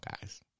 guys